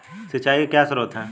सिंचाई के क्या स्रोत हैं?